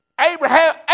Abraham